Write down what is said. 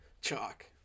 chalk